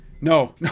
No